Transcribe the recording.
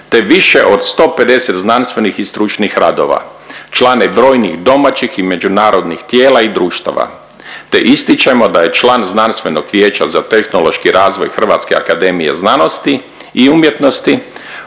te više od 150 znanstvenih i stručnih radova, član je brojnih domaćih i međunarodnih tijela i društava te ističemo da je član Znanstvenog vijeća za tehnološki razvoj HAZU, profesor Raos također